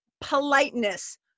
politeness